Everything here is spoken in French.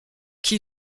qui